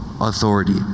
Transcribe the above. authority